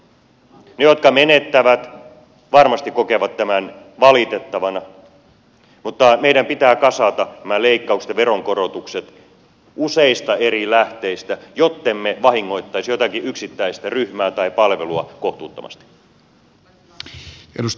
ne jotka menettävät varmasti kokevat tämän valitettavana mutta meidän pitää kasata nämä leikkaukset ja veronkorotukset useista eri lähteistä jottemme vahingoittaisi jotakin yksittäistä ryhmää tai palvelua kohtuuttomasti